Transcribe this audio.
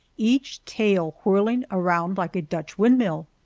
each tail whirling around like a dutch windmill.